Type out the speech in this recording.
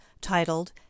titled